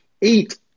eat